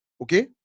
Okay